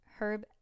Herb